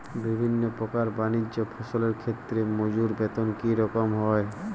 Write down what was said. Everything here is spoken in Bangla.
বিভিন্ন প্রকার বানিজ্য ফসলের ক্ষেত্রে মজুর বেতন কী রকম হয়?